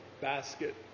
basket